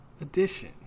edition